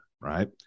Right